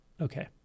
Okay